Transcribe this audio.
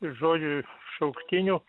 žodžiu šauktinių